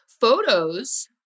Photos